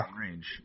range